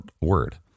Word